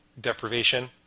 deprivation